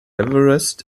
everest